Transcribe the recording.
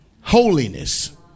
holiness